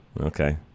okay